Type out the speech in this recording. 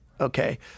Okay